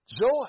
joy